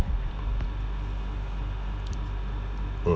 mm